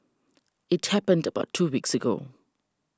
it happened about two weeks ago